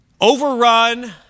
Overrun